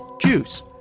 Juice